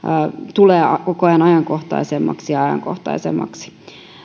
tulee koko ajan ajankohtaisemmaksi ja ajankohtaisemmaksi